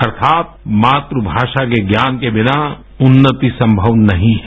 अर्थात मात्रभाषा के ज्ञान के बिना उन्नति संभव नहीं है